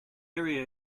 area